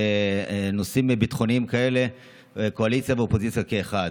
שבנושאים ביטחוניים כאלה הקואליציה והאופוזיציה כאחד,